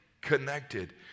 connected